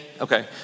Okay